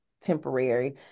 temporary